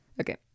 Okay